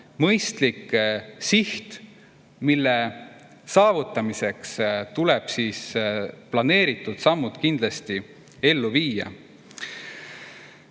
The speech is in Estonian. mõistlik siht, mille saavutamiseks tuleb planeeritud sammud kindlasti ellu viia.